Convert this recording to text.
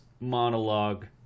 monologue